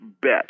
bet